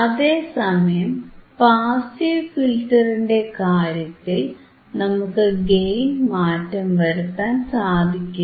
അതേസമയം പാസീവ് ഫിൽറ്ററിന്റെ കാര്യത്തിൽ നമുക്ക് ഗെയിൻ മാറ്റം വരുത്താൻ സാധിക്കില്ല